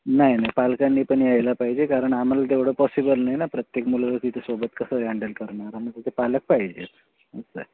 नाही नाही पालकांनी पण यायला पाहिजे कारण आम्हाला तेवढं पॉसिबल नाही ना प्रत्येक मुलासाठी तिथे सोबत कसं हँडल करणार आणि त्याचे पालक पाहिजेच असं आहे